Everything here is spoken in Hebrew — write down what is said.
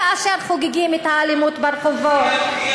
כאשר חוגגים את האלימות ברחובות,